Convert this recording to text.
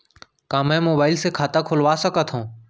का मैं मोबाइल से खाता खोलवा सकथव?